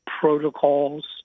protocols